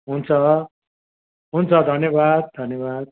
हुन्छ हुन्छ धन्यवाद धन्यवाद